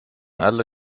alle